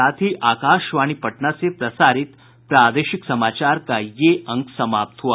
इसके साथ ही आकाशवाणी पटना से प्रसारित प्रादेशिक समाचार का ये अंक समाप्त हुआ